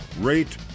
rate